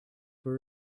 were